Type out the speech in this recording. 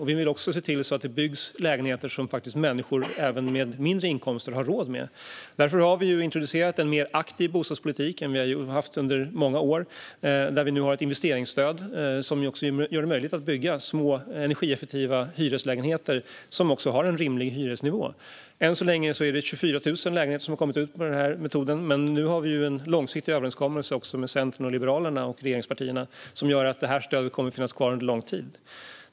Vi vill också se till att det byggs lägenheter som människor med mindre inkomster har råd med. Därför har vi introducerat en mer aktiv bostadspolitik än den som funnits under många år. Det finns nu ett investeringsstöd som gör det möjligt att bygga små, energieffektiva hyreslägenheter med en rimlig hyresnivå. Än så länge har 24 000 lägenheter kommit ut genom denna metod. Men nu har regeringspartierna också en långsiktig överenskommelse med Centern och Liberalerna, vilket gör att detta stöd kommer att finnas kvar under lång tid.